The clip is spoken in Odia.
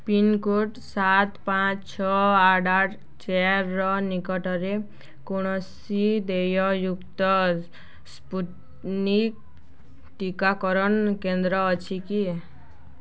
ପିନ୍କୋଡ଼୍ ସାତ ପାଞ୍ଚ ଛଅ ଆଠ ଆଠ ଚାରିର ନିକଟରେ କୌଣସି ଦେୟଯୁକ୍ତ ସ୍ପୁଟନିକ୍ ଟିକାକରଣ କେନ୍ଦ୍ର ଅଛି କି